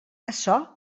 açò